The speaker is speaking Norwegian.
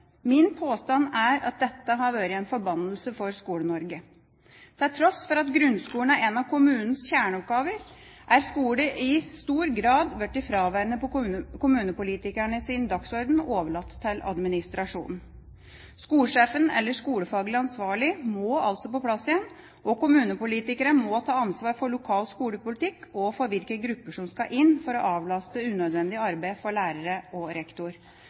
Min påstand er at dette har vært en forbannelse for Skole-Norge. Til tross for at grunnskolen er en av kommunens kjerneoppgaver, er skoler i stor grad blitt fraværende på kommunepolitikernes dagsorden og overlatt til administrasjonen. Skolesjefen eller skolefaglig ansvarlig må på plass igjen, og kommunepolitikere må ta ansvar for lokal skolepolitikk og for hvilke grupper som skal inn for å avlaste lærere og rektor for unødvendig arbeid. Så må vi sørge for